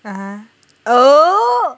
(uh huh) oh